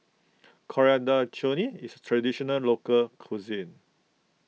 Coriander Chutney is Traditional Local Cuisine